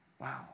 Wow